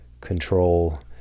control